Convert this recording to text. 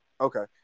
Okay